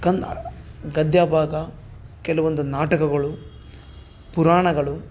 ಕನ್ ಗದ್ಯಭಾಗ ಕೆಲವೊಂದು ನಾಟಕಗಳು ಪುರಾಣಗಳು